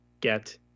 get